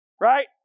right